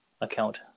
account